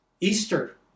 Easter